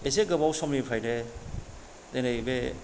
एसे गोबाव समनिफ्रायनो दिनै बे